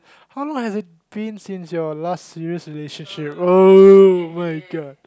how long has it been since your last serious relationship oh-my-god